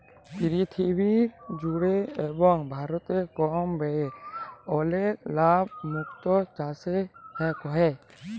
পীরথিবী জুড়ে এবং ভারতে কম ব্যয়ে অলেক লাভ মুক্ত চাসে হ্যয়ে